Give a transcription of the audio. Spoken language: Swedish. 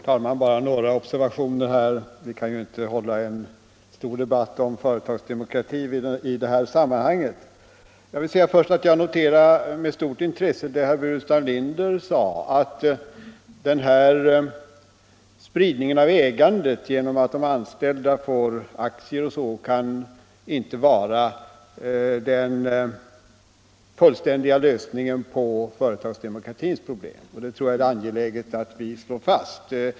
Herr talman! Bara några observationer — vi kan ju inte föra en stor debatt om företagsdemokratin i det här sammanhanget. Jag noterar först med stort intresse det som herr Burenstam Linder sade, att spridningen av ägandet genom att de anställda får aktier o. d. inte kan vara den fullständiga lösningen på företagsdemokratins problem. Detta tror jag det är angeläget att vi slår fast.